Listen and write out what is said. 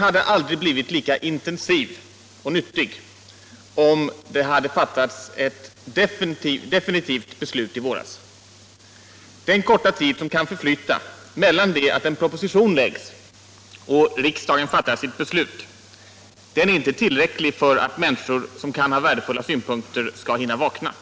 hade aldrig blivit lika intensiv och nyttig om det hade fattats ett definitivt beslut i våras. Den korta tid som kan förflyta mellan det att en proposition läggs fram och till dess riksdagen fattar sitt beslut är inte tillräcklig för att människor som har värdefulla synpunkter skall hinna vakna.